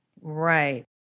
Right